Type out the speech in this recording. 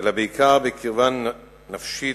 אלא בעיקר בקרבה נפשית,